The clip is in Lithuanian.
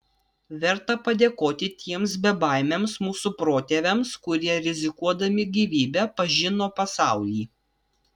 verta padėkoti tiems bebaimiams mūsų protėviams kurie rizikuodami gyvybe pažino pasaulį